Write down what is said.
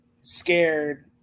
scared